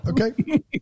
Okay